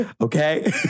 Okay